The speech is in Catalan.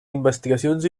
investigacions